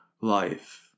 life